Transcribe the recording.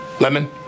Lemon